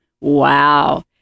wow